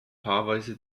paarweise